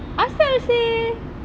asal seh